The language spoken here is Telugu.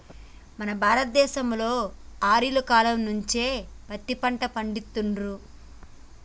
మన భారత దేశంలో ఆర్యుల కాలం నుంచే పత్తి పంట పండిత్తుర్రు